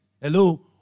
hello